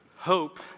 Hope